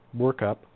workup